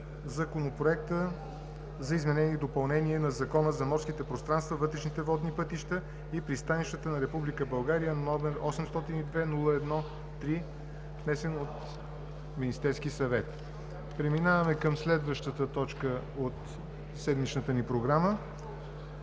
Законопроект за изменение и допълнение на Закона за морските пространства, вътрешните водни пътища и пристанищата на Република България, № 802-01-3, внесен от Министерския съвет, на първо четене. Преминаваме към следващата точка от седмичната ни Програма: